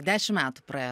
dešim metų praėjo